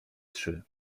trzy